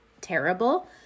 terrible